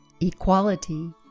Equality